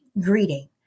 greeting